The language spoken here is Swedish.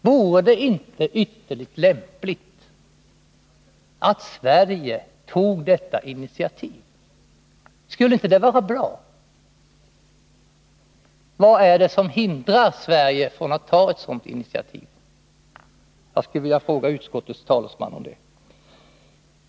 Vore det inte ytterst lämpligt att Sverige tog detta initiativ? Skulle det inte vara bra? Vad är det som hindrar Sverige från att ta ett sådant initiativ? Jag skulle vilja fråga utskottets talesman om detta.